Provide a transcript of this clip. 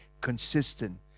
consistent